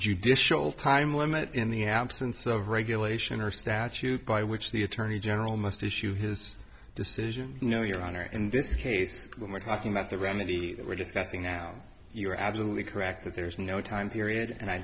judicial time limit in the absence of regulation or statute by which the attorney general must issue his decision you know your honor in this case when we're talking about the remedy that we're discussing now you are absolutely correct that there is no time period and i